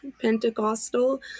pentecostal